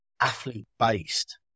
athlete-based